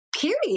period